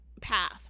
path